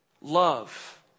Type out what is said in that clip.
love